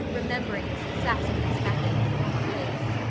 remembering the success of this method in the former case.